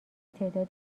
تعداد